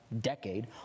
decade